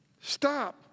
Stop